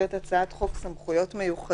שנקראת הצעת חוק סמכויות מיוחדות,